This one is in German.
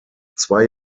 zwei